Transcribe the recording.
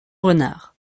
renard